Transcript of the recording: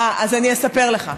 אה, אז אני אספר לך.